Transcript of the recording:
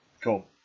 Cool